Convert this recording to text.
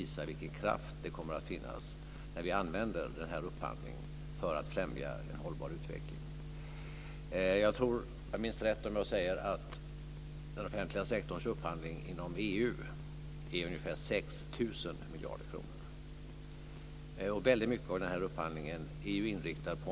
Man kan redan nu konstatera att tolkningen av befintligt regelverk inte gör det möjligt att ställa miljökrav i tillräcklig utsträckning. Den upphandling som stat, kommun och landsting ängar sig åt omfattar 400 miljarder kronor om året. Offentlig sektor är därmed Sveriges största köpare.